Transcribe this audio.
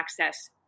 access